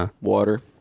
Water